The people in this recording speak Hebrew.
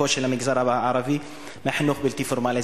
חלקו של המגזר הערבי בחינוך בלתי פורמלי.